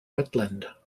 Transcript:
wetland